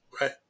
right